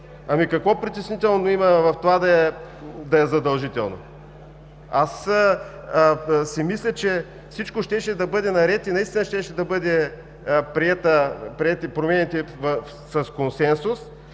Какво притеснително има в това да е задължително? Аз си мисля, че всичко щеше да бъде наред и наистина щяха да бъдат приети промените с консенсус,